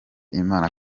imana